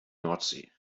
nordsee